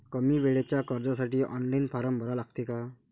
कमी वेळेच्या कर्जासाठी ऑनलाईन फारम भरा लागते का?